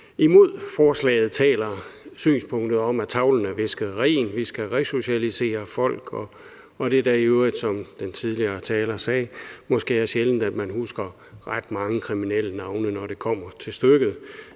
Imod forslaget taler synspunktet om, at tavlen er visket ren. Vi skal resocialisere folk, og det er i øvrigt, som den tidligere taler sagde, måske sjældent, at man husker ret mange kriminelle navne, når det kommer til stykket.